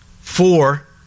four